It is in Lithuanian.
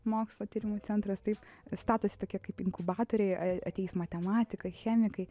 mokslo tyrimų centras taip statosi tokie kaip inkubatoriai ateis matematikai chemikai